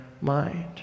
mind